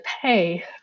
pay